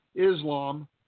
Islam